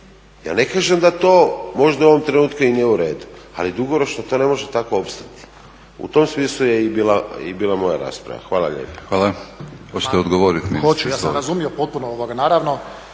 Ja ne kažem da to u ovom trenutku i nije uredu, ali dugoročno to ne može tako opstati u tom smislu je i bila moja rasprava. Hvala lijepo. **Batinić, Milorad (HNS)** Hvala.